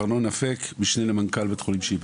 ארנון אפק, משנה למנכ"ל בית חולים שיבא.